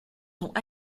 sont